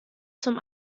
zum